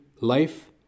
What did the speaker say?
life